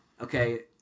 Okay